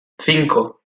cinco